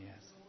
Yes